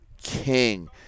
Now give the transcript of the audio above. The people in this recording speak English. king